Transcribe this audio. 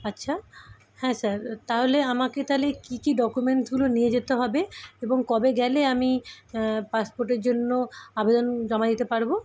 আচ্ছা হ্যাঁ স্যার তাহলে আমাকে তাহলে কি কি ডকুমেন্টসগুলো নিয়ে যেতে হবে এবং কবে গেলে আমি পাসপোর্টের জন্য আবেদন জমা দিতে পারবো